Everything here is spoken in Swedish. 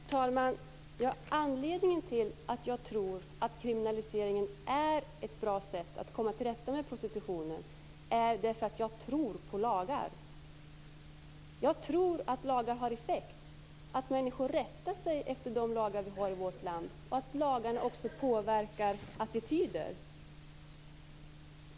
Herr talman! Anledningen till att jag tror att kriminaliseringen är ett bra sätt att komma till rätta med prostitutionen är att jag tror på lagar. Jag tror att lagar har effekt och att människor rättar sig efter de lagar vi har i vårt land och att lagarna också påverkar attityder.